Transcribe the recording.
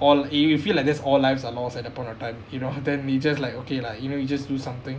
all if you will feel like there's all lives are lost at that point of time you know then we just like okay lah you know we just do something